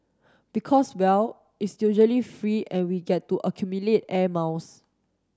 because well it's usually free and we get to accumulate air miles